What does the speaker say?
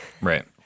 Right